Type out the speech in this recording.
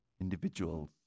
Individuals